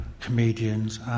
comedians